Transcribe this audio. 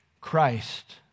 Christ